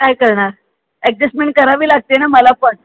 काय करणार ॲडजस्टमेंट करावी लागते ना मला पण